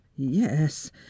yes